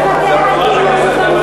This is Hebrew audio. חלוקה בעייתית,